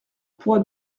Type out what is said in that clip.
poids